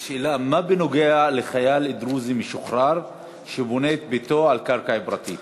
שאלה: מה בנוגע לחייל דרוזי משוחרר שבונה את ביתו על קרקע פרטית?